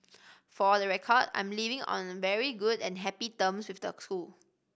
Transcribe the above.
for the record I'm leaving on very good and happy terms with the school